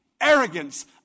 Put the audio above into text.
arrogance